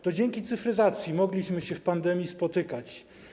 To dzięki cyfryzacji mogliśmy się w pandemii spotykać.